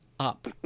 Up